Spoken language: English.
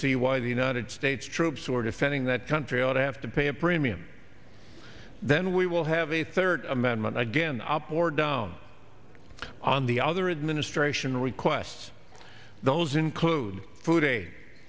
see why the united states troops or defending that country ought to have to pay a premium then we will have a third amendment again op or down on the other administration requests those include